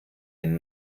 den